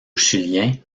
chilien